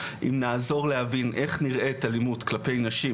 אם נעזור להבין איך נראית אלימות כלפי נשים,